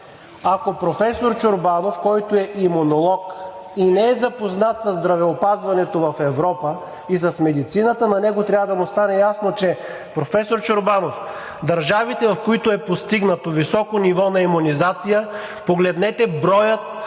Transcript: Ако професор Чорбанов, който е имунолог и не е запознат със здравеопазването в Европа и с медицината, на него трябва да му стане ясно, че… Професор Чорбанов, държавите, в които е постигнато високо ниво на имунизация – погледнете броя